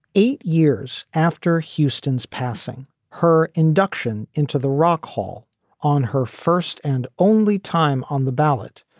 eight years after houston's passing her induction into the rock hall on her first and only time on the ballot,